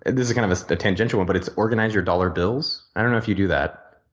and this is kind of a tangential one, but it's organize your dollar bills. i don't know if you do that.